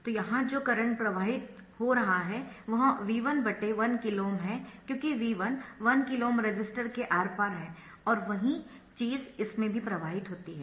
तो यहाँ जो करंट प्रवाहित हो रहा है वह V1 1KΩ है क्योंकि V1 1KΩ रेसिस्टर के आर पार है और वही चीज़ इसमें भी प्रवाहित होती है